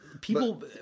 people